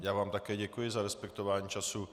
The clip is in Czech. Já vám také děkuji za respektování času.